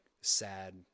sad